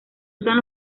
usan